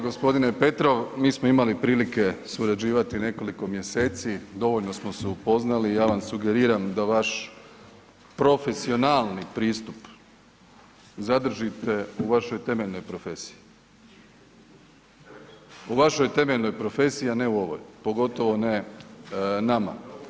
Gospodine Petrov mi smo imali prilike surađivati nekoliko mjeseci, dovoljno smo se upoznali i ja vam sugeriram da vaš profesionalni pristup zadržite u vašoj temeljnoj profesiji, u vašoj temeljnoj profesiji, a ne u ovoj, pogotovo ne nama.